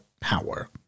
power